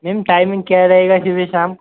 ma'am timing क्या रहेगी सुबह शाम